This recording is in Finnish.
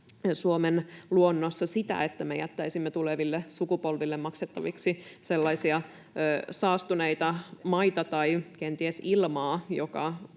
Suomen luonnossa sitä, että me jättäisimme tuleville sukupolville maksettaviksi sellaisia saastuneita maita tai kenties ilmaa, jonka